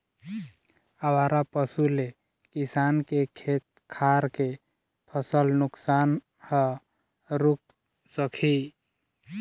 आवारा पशु ले किसान के खेत खार के फसल नुकसान ह रूक सकही